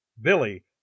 Billy